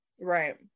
right